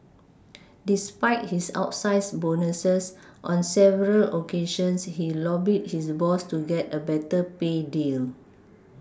despite his outsize bonuses on several occasions he lobbied his boss to get a better pay deal